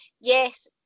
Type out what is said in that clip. yes